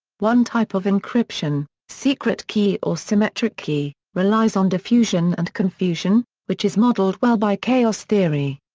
one type of encryption, secret key or symmetric key, relies on diffusion and confusion, which is modeled well by chaos theory.